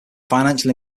financial